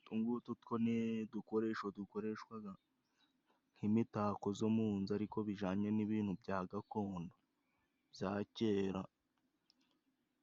Utungutu two ni udukoresho dukoreshwa nk'imitako zo mu nzu, ariko bijyanye n'ibintu bya gakondo, bya kera.